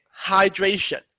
hydration